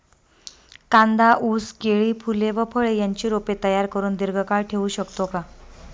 कांदा, ऊस, केळी, फूले व फळे यांची रोपे तयार करुन दिर्घकाळ ठेवू शकतो का?